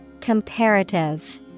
Comparative